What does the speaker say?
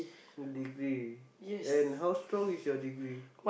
degree and how strong is your degree